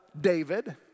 David